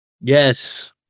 yes